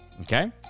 Okay